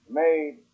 made